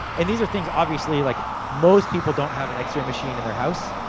and these are things, obviously, like, most people don't have an x-ray machine in their house.